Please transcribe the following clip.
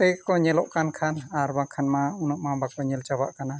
ᱛᱮᱜᱮᱠᱚ ᱧᱮᱞᱚᱜ ᱠᱟᱱ ᱠᱷᱟᱱ ᱟᱨ ᱵᱟᱝᱠᱷᱟᱱ ᱢᱟ ᱩᱱᱟᱹᱜᱢᱟ ᱵᱟᱠᱚ ᱧᱮᱞ ᱪᱟᱵᱟᱜ ᱠᱟᱱᱟ